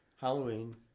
halloween